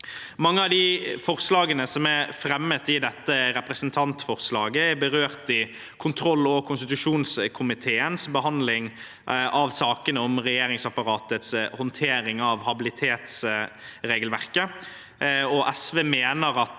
Mange av forslagene som er fremmet i dette representantforslaget, er berørt i kontroll- og konstitusjonskomiteens behandling av sakene om regjeringsapparatets håndtering av habilitetsregelverket.